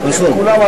אחריה,